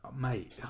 Mate